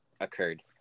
occurred